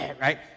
right